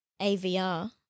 AVR